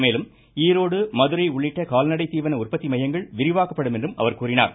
மேலும் ஈரோடு மதுரை உள்ளிட்ட கால்நடை தீவன உற்பத்தி மையங்கள் விரிவாக்கப்படும் என்றும் அவர் கூறினார்